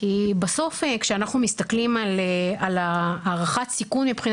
כי בסוף כשאנחנו מסתכלים על הערכת הסיכון מבחינה